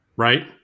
right